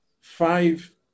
five